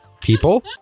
people